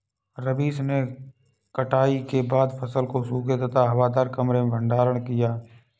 रवीश ने कटाई के बाद फसल को सूखे तथा हवादार कमरे में भंडारण किया